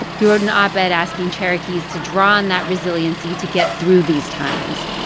he wrote an op-ed asking cherokees to draw on that resiliency to get through these times.